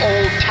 Old